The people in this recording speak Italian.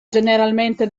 generalmente